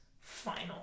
final